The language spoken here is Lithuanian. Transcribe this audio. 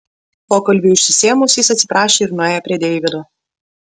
pokalbiui išsisėmus jis atsiprašė ir nuėjo prie deivido